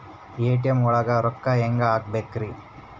ATM ಒಳಗ್ ರೊಕ್ಕ ಹೆಂಗ್ ಹ್ಹಾಕ್ಬೇಕ್ರಿ?